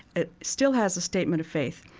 it still has a statement of faith,